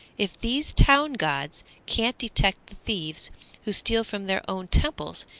if these town gods can't detect the thieves who steal from their own temples,